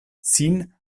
sin